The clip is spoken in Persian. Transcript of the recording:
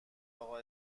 اقا